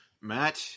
matt